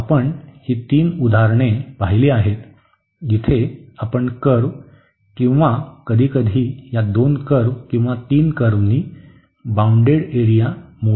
तर आपण ही 3 उदाहरणे पाहिली आहेत जिथे आपण कर्व्ह किंवा कधीकधी या दोन कर्व्ह किंवा तीन कर्व्हनी बाउंडेड एरिया मोजलेली आहे